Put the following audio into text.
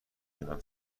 تونم